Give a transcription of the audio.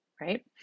right